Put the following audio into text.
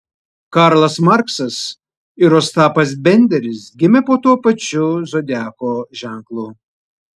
karlas marksas ir ostapas benderis gimė po tuo pačiu zodiako ženklu